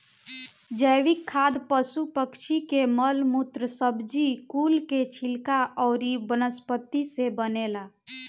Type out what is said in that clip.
जैविक खाद पशु पक्षी के मल मूत्र, सब्जी कुल के छिलका अउरी वनस्पति से बनेला